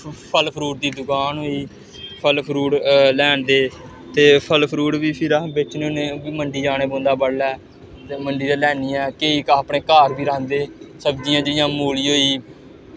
फल्ल फ्रूट दी दकान होई फल्ल फ्रूट लैंदे ते फल्ल फ्रूट बी फिर अस बेचने होन्ने फ्ही मंडी जाना पौंदा बडलै ते मंडी दा लेआनियै ऐ केईं अपने घर बी रहांदे सब्जियां जि'यां मूली होई गेई